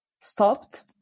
stopped